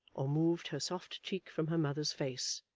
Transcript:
or moved her soft cheek from her mother's face,